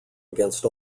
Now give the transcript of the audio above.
against